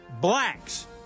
Blacks